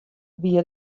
wie